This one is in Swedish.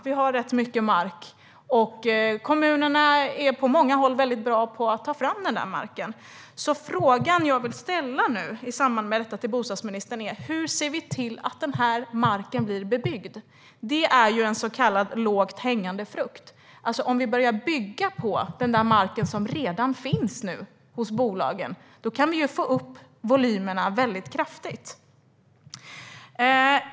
Vi har rätt mycket mark, och på många håll är kommunerna bra på att ta fram den marken. Frågan som jag vill ställa till bostadsministern är: Hur ser vi till att denna mark blir bebyggd? Det är en så kallad lågt hängande frukt. Om man börjar bygga på den mark som redan finns hos bolagen kan man få upp volymerna kraftigt.